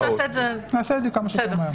נעשה את זה כמה שיותר מהר.